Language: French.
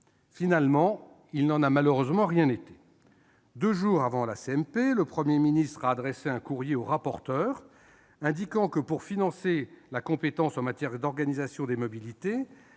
celle-ci. Il n'en a malheureusement rien été. Deux jours avant la CMP, le Premier ministre a adressé un courrier aux rapporteurs indiquant que, pour financer l'exercice de leur compétence en matière d'organisation des mobilités,